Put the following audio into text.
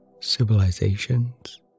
civilizations